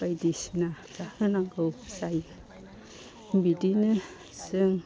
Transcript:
बायदिसिना जाहोनांगौ जायो बिदिनो जों